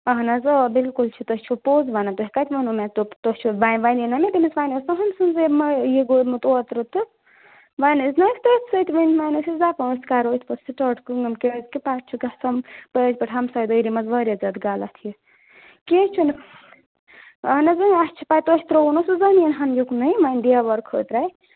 اَہن حظ آ بِلکُل چھِ تۄہہِ چھُو پوٚز وَنان تۄہہِ کَتہِ ووٚنو مےٚ تۄہہِ چھُو وَنۍ وَنۍ نا مےٚ تٔمِس وَنۍ ٲس نہٕ سٕنٛز یہِ گوٚمُت اوترٕ تہٕ وَنۍ ٲسۍ نہٕ أسۍ تٔتھۍ سۭتۍ وۅنۍ وَنۍ ٲسۍ أسۍ دَپان أسۍ کَرو یِتھ پٲٹھۍ سِٹاٹ کٲم کیٛازِکہِ پَتہٕ چھُ گژھان پٔزۍ پٲٹھۍ ہَمساے دٲری منٛز واریاہ زیادٕ غلط یہِ کیٚنٛہہ چھُنہٕ اَہن حظ وۅنۍ اَسہِ چھِ پَتہٕ تۄہہِ ترٛوو نہٕ سُہ زٔمیٖن یُکنُے وۄنۍ دیوار خٲطرٕ